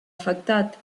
afectat